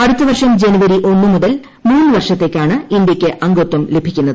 അടുത്ത വർഷം ജനുവരി ഒന്ന് മുതൽ മൂന്ന് വർഷത്തേക്കാണ് ഇന്ത്യ്യ്ക്ക് അംഗത്വം ലഭിക്കുന്നത്